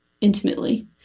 intimately